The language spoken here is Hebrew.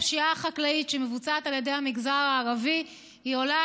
הפשיעה החקלאית שמבוצעת על ידי המגזר הערבי עולה